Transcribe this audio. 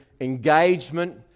engagement